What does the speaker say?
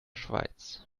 schweiz